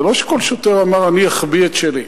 זה לא שכל שוטר אמר: אני אחביא את שלי.